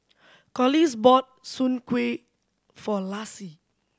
Corliss bought soon kway for Laci